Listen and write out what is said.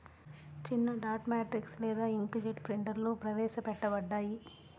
చిన్నడాట్ మ్యాట్రిక్స్ లేదా ఇంక్జెట్ ప్రింటర్లుప్రవేశపెట్టబడ్డాయి